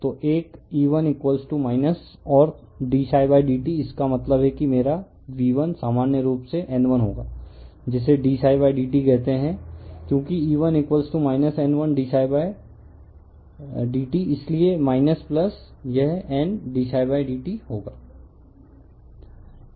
तो एक E1 और dψdtइसका मतलब है कि मेरा V1 सामान्य रूप से N1 होगा जिसे dψdt कहते हैं क्योंकि E1 N1 dψdt इसलिए यह N d ψ d tहोगा